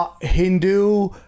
Hindu